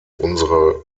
unsere